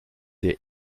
der